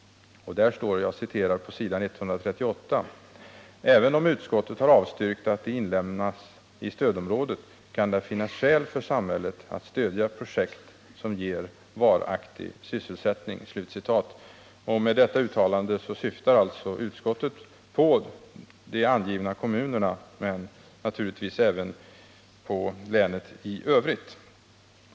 På s. 138 står det: ”Även om utskottet har avstyrkt att de inlemmas i stödområdet kan det finnas skäl för samhället att stödja projekt som ger varaktig sysselsättning.” Med detta uttalande syftar alltså utskottet på de angivna kommunerna men naturligtvis även på länet i övrigt.